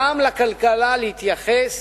להתייחס